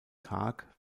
tag